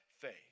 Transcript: faith